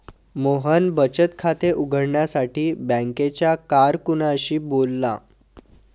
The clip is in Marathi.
मोहन बचत खाते उघडण्यासाठी बँकेच्या कारकुनाशी बोलला